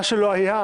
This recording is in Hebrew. מה שלא היה,